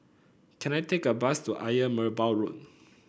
can I take a bus to Ayer Merbau Road